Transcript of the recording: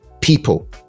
people